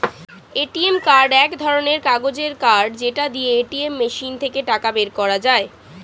ATM card এক ধরণের কাগজের কার্ড যেটা দিয়ে এটিএম মেশিন থেকে টাকা বের করা যায়